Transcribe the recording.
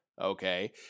Okay